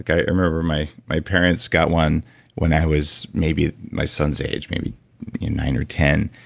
i remember my, my parents got one when i was maybe my son's age, maybe nine or ten.